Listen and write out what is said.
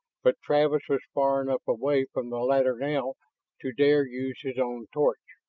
but travis was far enough away from the ladder now to dare use his own torch,